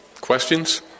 questions